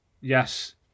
Yes